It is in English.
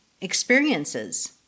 experiences